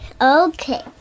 Okay